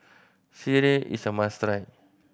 sireh is a must try